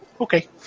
Okay